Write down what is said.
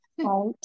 Right